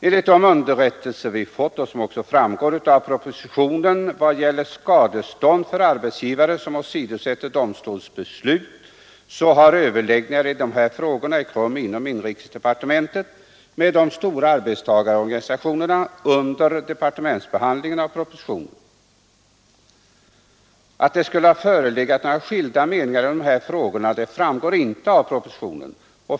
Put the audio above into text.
Enligt de underrättelser vi fått beträffande skadestånd för arbetsgivare som åsidosätter domstolsbeslut har — vilket också framgår av propositionen — överläggningar i dessa frågor ägt rum inom inrikesdepartementet med de stora arbetstagarorganisationerna under departementsbehandlingen av propositionen. Det framgår inte av propositionen att det skulle ha förelegat skilda meningar i dessa frågor.